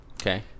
Okay